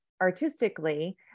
artistically